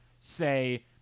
say